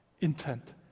intent